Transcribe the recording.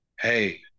hey